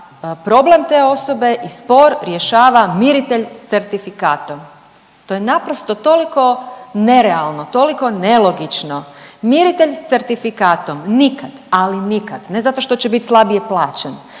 problem te osobe i spor rješava miritelj s certifikatom, to je naprosto toliko nerealno, toliko nelogično. Miritelj s certifikatom nikad, ali nikad, ne zato što će bit slabije plaćen,